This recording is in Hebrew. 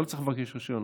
לא צריך לבקש רישיון.